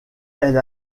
elle